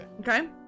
Okay